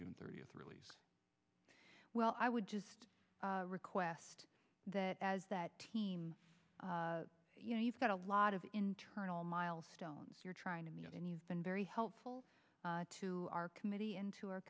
june thirtieth release well i would just request that as that team you know you've got a lot of internal milestones you're trying to me and you've been very helpful to our committee and to our